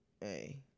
hey